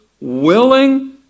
willing